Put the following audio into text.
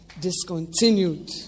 discontinued